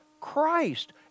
Christ